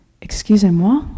excusez-moi